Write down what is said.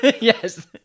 yes